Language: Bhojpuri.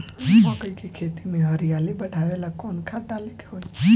मकई के खेती में हरियाली बढ़ावेला कवन खाद डाले के होई?